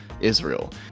Israel